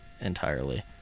entirely